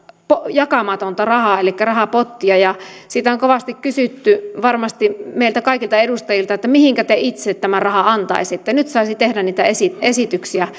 jakamatonta rahaa elikkä rahapottia ja siitä on kovasti kysytty varmasti meiltä kaikilta edustajilta että mihinkä te itse tämän rahan antaisitte nyt saisi tehdä niitä esityksiä esityksiä